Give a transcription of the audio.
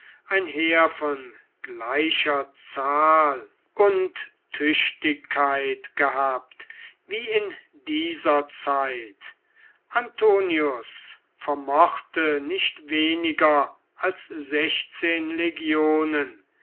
ein heer von gleicher zahl und tüchtigkeit gehabt wie in dieser zeit antonius vermochte nicht weniger als sechzehn legionen